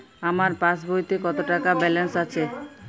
আমার পাসবইতে কত টাকা ব্যালান্স আছে?